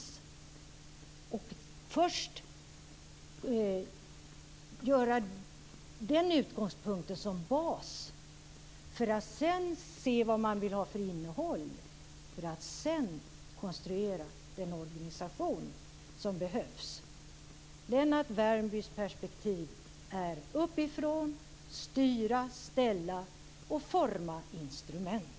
Man borde först använda den utgångspunkten för bas för att se vad man vill ha för innehåll för att sedan konstruera den organisation som behövs. Lennart Värmbys perspektiv är att uppifrån styra, ställa och forma instrument.